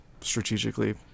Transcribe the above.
strategically